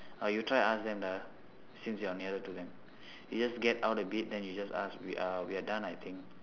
uh you try ask them the since you're nearer to them you just get out a bit then you just ask we are we are done I think